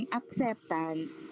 acceptance